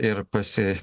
ir pasi